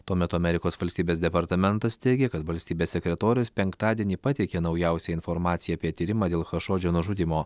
tuo metu amerikos valstybės departamentas teigia kad valstybės sekretorius penktadienį pateikė naujausią informaciją apie tyrimą dėl chašodžio nužudymo